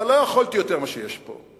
אבל לא יכולתי יותר ממה שיש פה.